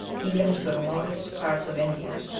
even into the remotest parts of india,